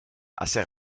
assez